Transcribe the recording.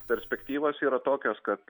perspektyvos yra tokios kad